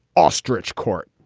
ostrich court